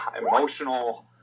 emotional